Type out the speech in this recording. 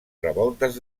revoltes